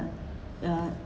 uh